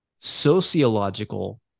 sociological